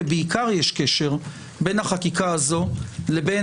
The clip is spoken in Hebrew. ובעיקר יש קשר בין החקיקה הזאת לבין